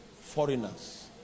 foreigners